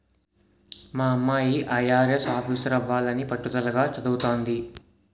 మా అమ్మాయి ఐ.ఆర్.ఎస్ ఆఫీసరవ్వాలని పట్టుదలగా చదవతంది